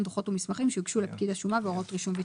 דוחות ומסמכים שהוגשו לפקיד השומה והוראות רישום ותיעוד".